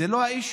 זה לא ה-issue.